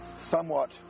somewhat